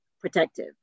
protective